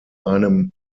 einem